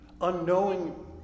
unknowing